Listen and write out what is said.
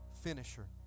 finisher